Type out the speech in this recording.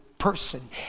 person